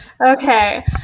Okay